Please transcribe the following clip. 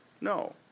no